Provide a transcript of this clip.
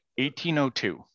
1802